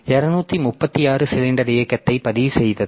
236 cylinder இயக்கத்தை பதிவு செய்தது